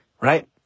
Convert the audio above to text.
Right